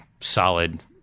solid